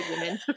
women